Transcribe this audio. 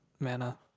mana